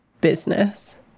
business